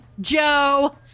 Joe